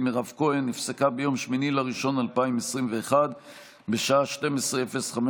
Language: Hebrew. מירב כהן נפסקה ב-8 בינואר 2021 בשעה 12:05,